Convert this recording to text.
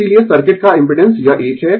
इसीलिये सर्किट का इम्पिडेंस यह एक है